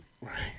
Right